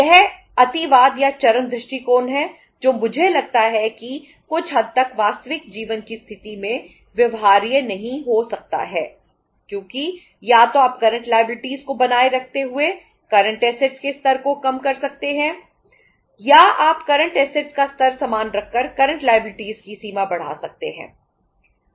यह अतिवाद या चरम दृष्टिकोण है जो मुझे लगता है कि कुछ हद तक वास्तविक जीवन की स्थिति में व्यवहार्य नहीं हो सकता है क्योंकि या तो आप करंट लायबिलिटीज की सीमा बढ़ा सकते हैं